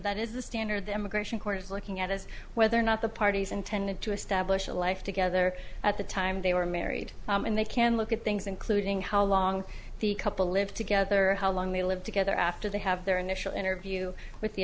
that is the standard emigration court is looking at is whether or not the parties intended to establish a life together at the time they were married and they can look at things including how long the couple lived together or how long they lived together after they have their initial interview with the